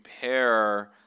pair